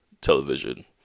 television